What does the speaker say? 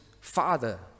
father